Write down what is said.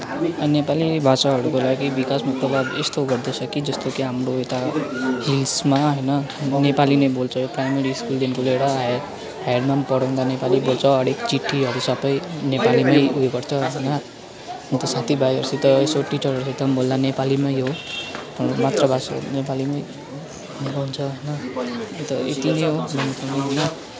नेपाली भाषाहरूको लागि विकासमा प्रभाव यस्तो गर्दैछ कि जस्तो कि हाम्रो यता हिल्समा होइन नेपाली नै बोल्छ प्राइमेरी स्कुलदेखिको लिएर हाई हायरमा पनि पढाउँदा नेपाली बोल्छ हरेक चिठीहरू सबै नेपालीमै उयो गर्छ होइन अन्त साथी भाइहरूसित यसो टिचर्सहरूसित पनि बोल्दा नेपालीमै हो मातृ भाषा नेपालीमै बोल्छ होइन अन्त यति नै हो भनेको होइन